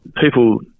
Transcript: people